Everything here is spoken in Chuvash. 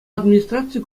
администрацийӗ